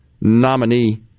nominee